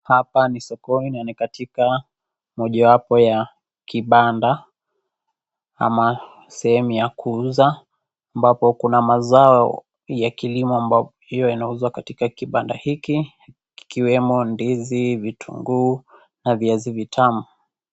Hapa ni sokomo na ni katika mojawapo ya kibanda ama sehemu ya kuuza ambapo kuna mazao ya kilimo hiyo inauzwa katika kibanda hiki kikiwemo ndizi, vitunguu na viazi vitamu.